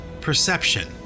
perception